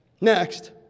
Next